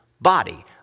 body